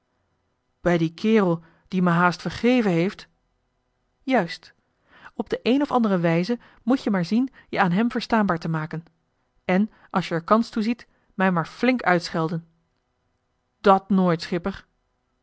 bij dien kerel die me haast vergeven heeft juist op de een of andere wijze moet-je maar zien je aan hem verstaanbaar te maken en als je er kans toe ziet mij maar flink uitschelden dàt nooit schipper